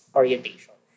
orientation